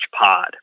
pod